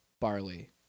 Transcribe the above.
barley